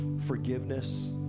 forgiveness